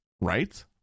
right